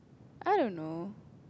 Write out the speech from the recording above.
I don't know